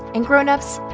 and, grown-ups,